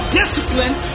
discipline